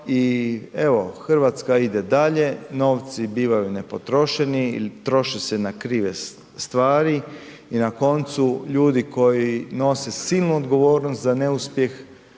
Hrvatska ide dalje. Novci bivaju nepotrošeni ili troše se na krive stvari i na koncu ljudi koji nose silnu odgovornost za neuspjeh,